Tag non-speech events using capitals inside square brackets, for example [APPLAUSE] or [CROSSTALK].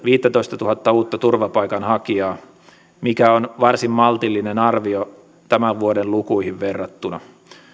[UNINTELLIGIBLE] viittätoistatuhatta uutta turvapaikanhakijaa mikä on varsin maltillinen arvio tämän vuoden lukuihin verrattuna